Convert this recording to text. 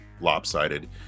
lopsided